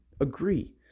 agree